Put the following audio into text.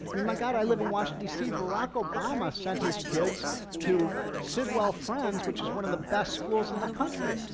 mean, my god, i live in washington dc. barack obama sent his kids to sidwell friends, which is one of the best schools in the country.